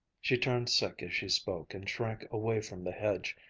she turned sick as she spoke and shrank away from the hedge,